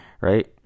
right